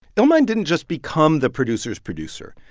illmind didn't just become the producer's producer.